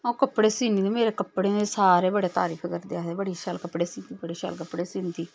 आ'ऊ कपड़े सीनी मेरेे कपड़ें दी सारे बड़ी तारीफ करदे आखदे बड़े शैल कपड़े सींदी